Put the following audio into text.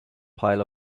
pile